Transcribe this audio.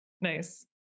Nice